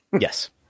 Yes